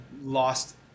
lost